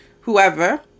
whoever